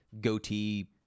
goatee